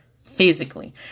physically